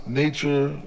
nature